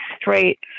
straight